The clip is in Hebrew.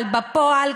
אבל בפועל,